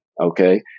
okay